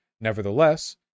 Nevertheless